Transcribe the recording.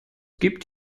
gibt